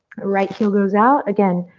right heel goes out. again,